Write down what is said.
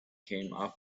came